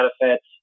benefits